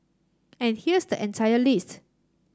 and here's the entire list